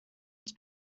its